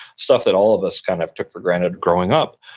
stuff that all of us kind of took for granted growing up,